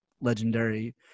legendary